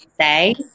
say